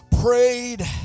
prayed